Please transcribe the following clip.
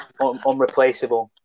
unreplaceable